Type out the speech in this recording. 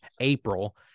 April